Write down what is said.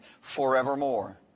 forevermore